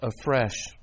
afresh